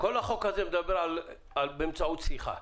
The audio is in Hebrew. כל החוק הזה על באמצעות שיחה.